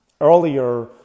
Earlier